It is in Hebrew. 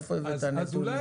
מאיפה הבאת נתונים?